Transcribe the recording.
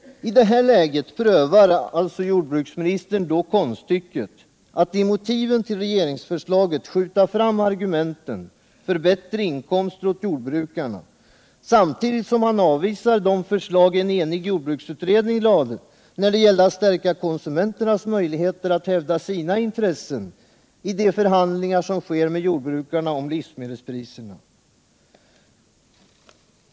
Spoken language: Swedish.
I detta läge prövar alltså jordbruksministern konststycket att i motiven till regeringsförslaget skjuta fram argumenten för bättre inkomster åt jordbrukarna, samtidigt som han avvisar de förslag en enig jordbruksutredning lade när det gällde att stärka konsumenternas möjligheter att hävda sina intressen i de förhandlingar som sker med jordbrukarna om livsmedelspriserna.